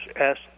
asked